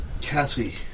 Cassie